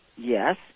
Yes